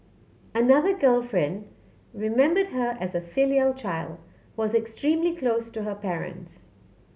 another girlfriend remembered her as a filial child who was extremely close to her parents